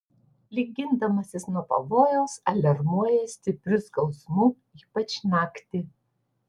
lyg gindamasis nuo pavojaus aliarmuoja stipriu skausmu ypač naktį